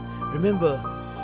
remember